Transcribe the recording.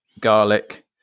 garlic